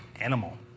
animal